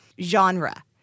genre